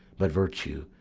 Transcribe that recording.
but virtue,